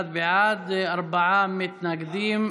אחד בעד, ארבעה מתנגדים.